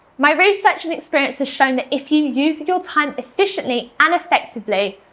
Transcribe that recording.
my research and experience has shown that if you use your time efficiently and effectively,